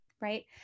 right